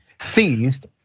seized